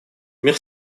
мир